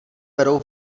berou